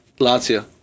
Lazio